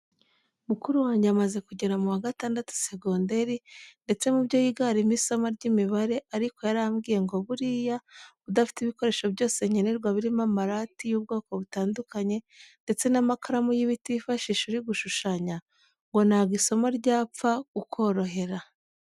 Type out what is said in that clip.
Mukuru wange amaze kugera mu wa gatandatu segonderi, ndetse mu byo yiga harimo isomo ry'imibare, ariko yarambwiye ngo buriya udafite ibikoresho byose nkenerwa birimo amarati y'ubwoko butandukanye ndetse n'amakaramu y'ibiti wifashisha uri gushushanya ngo ntabwo isomo ryapfa kukorohera.